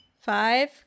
Five